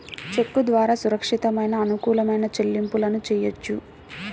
చెక్కు ద్వారా సురక్షితమైన, అనుకూలమైన చెల్లింపులను చెయ్యొచ్చు